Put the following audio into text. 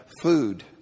Food